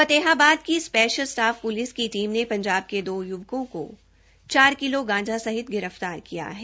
फतेहाबाद की special staff police की team ने पंजाब के दो युवकों को चार किलो गांजा सहित गिरफ्तार किया है